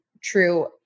true